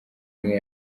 imwe